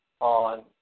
on